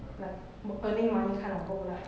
like earning money kind of work lah